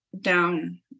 down